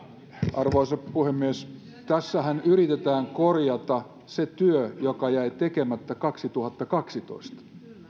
arvoisa puhemies tässähän yritetään korjata se työ joka jäi tekemättä kaksituhattakaksitoista